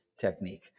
technique